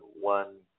one